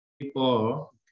people